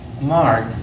Mark